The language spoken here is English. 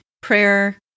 prayer